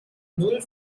null